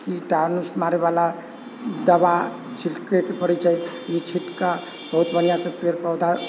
कीटनाशक मारै बला दवा छिड़केके पड़ै छै ई छिँटका बहुत बढ़िऑं से पेड़ पौधा